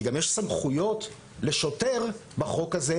גם יש סמכויות לשוטר בחוק הזה,